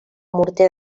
morter